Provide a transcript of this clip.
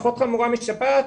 פחות חמורה משפעת,